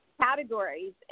categories